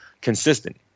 consistent